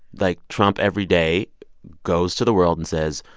like, trump every day goes to the world and says,